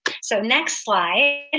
so next slide.